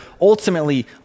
ultimately